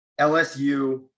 LSU